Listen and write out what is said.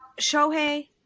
Shohei